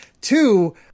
Two